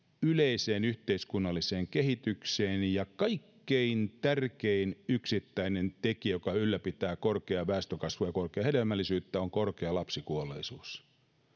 yleiseen yhteiskunnalliseen kehitykseen ja kaikkein tärkein yksittäinen tekijä joka ylläpitää korkeaa väestönkasvua ja korkeaa hedelmällisyyttä on korkea lapsikuolleisuus